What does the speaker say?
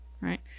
right